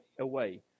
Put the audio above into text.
away